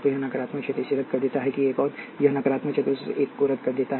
तो यह नकारात्मक क्षेत्र इसे रद्द कर देता है कि एक और यह नकारात्मक क्षेत्र उस एक को रद्द कर देता है